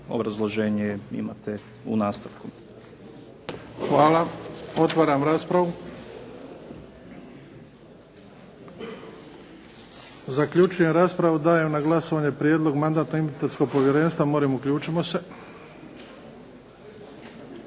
Obrazloženje imate u nastavku. **Bebić, Luka (HDZ)** Hvala. Otvaram raspravu. Zaključujem raspravu. Dajem na glasovanje prijedlog Mandatno-imunitetnog povjerenstva. Molim uključimo se.